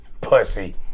pussy